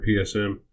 PSM